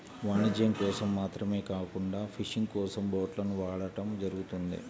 వాణిజ్యం కోసం మాత్రమే కాకుండా ఫిషింగ్ కోసం బోట్లను వాడటం జరుగుతుంది